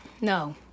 No